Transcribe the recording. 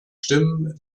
stimmen